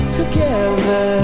together